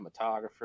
cinematographer